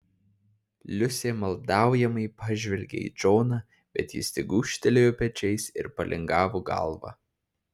liusė maldaujamai pažvelgė į džoną bet jis tik gūžtelėjo pečiais ir palingavo galvą